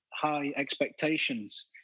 high-expectations